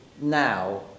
now